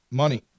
money